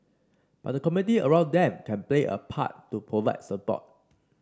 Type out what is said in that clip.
but the community around them can play a part to provide support